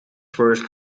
first